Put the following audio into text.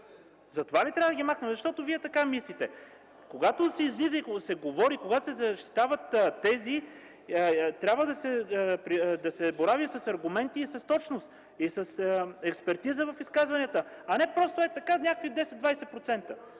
Затова ли трябва да ги махнем – защото Вие така мислите? Когато се излиза и се говори, когато се защитават тези, трябва да се борави с аргументи и с точност, с експертиза в изказванията, а не просто ей така някакви 10-20%!